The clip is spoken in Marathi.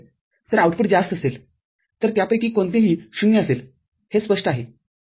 तर आउटपुट जास्त असेल तर त्यापैकी कोणतेही ० असेल हे स्पष्ट आहे